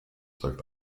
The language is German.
sagt